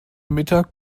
mittag